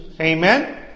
Amen